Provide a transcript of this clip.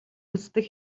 үздэг